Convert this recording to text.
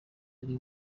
ari